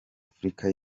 afurika